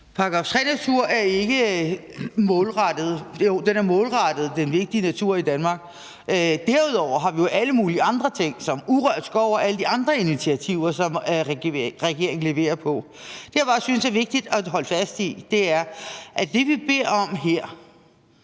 (S): § 3-natur er målrettet den vigtige natur i Danmark. Derudover har vi jo alle mulige andre ting som urørt skov og alle de andre initiativer, som regeringen leverer på. Det, jeg bare synes er vigtigt at holde fast i, er, at det, vi beder om her,